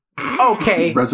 okay